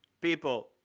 People